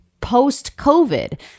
post-COVID